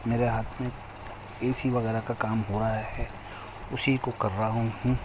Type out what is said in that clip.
میرے ہاتھ میں اے سی وغیرہ کا کام ہو رہا ہے اسی کو کر رہا ہوں